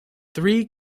three